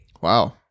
wow